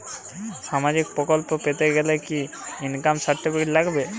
সামাজীক প্রকল্প পেতে গেলে কি ইনকাম সার্টিফিকেট লাগবে?